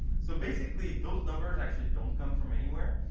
so basically those numbers actually don't come from anywhere.